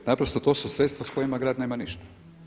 Naprosto to su sredstva s kojima grad nema ništa.